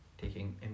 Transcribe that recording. taking